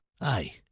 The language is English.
Aye